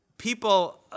people